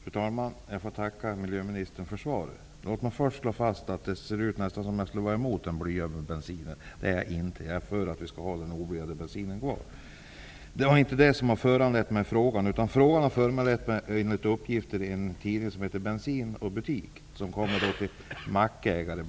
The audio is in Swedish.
Fru talman! Jag får tacka miljöministern för svaret. Det kan nästan se ut som att jag skulle vara emot den oblyade bensinen. Det är jag inte. Jag är för att vi skall ha den oblyade bensinen kvar. Det är inte det som föranlett min fråga. Anledningen till min fråga är uppgifter i en tidning som heter Bensin och butik, som kommer bl.a. till mackägare.